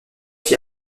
fit